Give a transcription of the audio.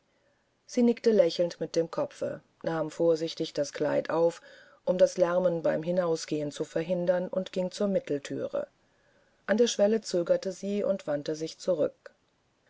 sie nickte lächelnd mit dem kopfe nahm vorsichtig das kleid auf um das lärmen beim hinausgehen zu verhindern und ging zur mittelthüre aber an der schwelle zögerte sie und wandte sich zurück